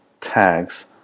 tags